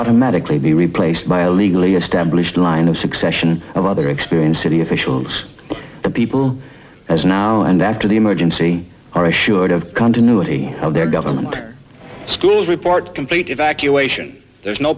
automatically be replaced by a legally established line of succession of other experiences the officials the people as now and after the emergency are assured of continuity of their government schools report complete evacuation there's no